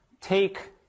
take